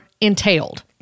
entailed